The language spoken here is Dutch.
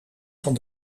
van